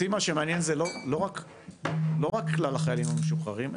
אותי מה שמעניין זה לא רק לחיילים המשוחררים,